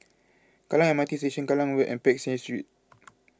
Kallang M R T Station Kallang Road and Peck Seah Street